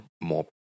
more